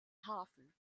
hafen